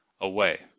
away